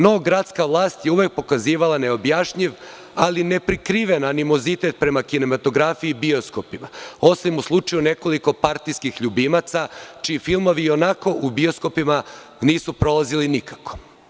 No, gradska vlast je uvek pokazivala neobjašnjiv ali neprikriven animozitet prema kinematografiji, bioskopima, osim u slučaju nekoliko partijskih ljubimaca, čiji filmovi ionako u bioskopima nisu prolazili nikako.